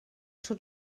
tro